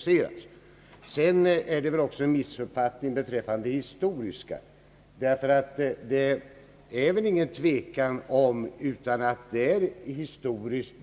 Sedan föreligger det väl också en missuppfattning beträffande den historiska sidan av saken. Det är väl ingen tvekan om att det är ett historiskt